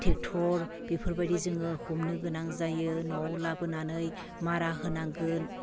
tractor बेफोरबायदि जोङो हमनो गोनां जायो न'आव लाबोनानै मारा होनांगोन